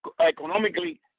economically